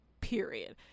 period